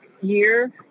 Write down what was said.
year